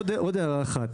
עוד הערה אחת.